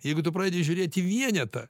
jeigu tu pradedi žiūrėt į vienetą